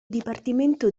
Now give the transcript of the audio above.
dipartimento